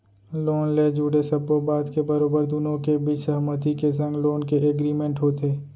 loan ले जुड़े सब्बो बात के बरोबर दुनो के बीच सहमति के संग लोन के एग्रीमेंट होथे